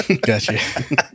gotcha